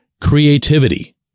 creativity